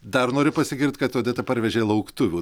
dar noriu pasigirt kad odeta parvežė lauktuvių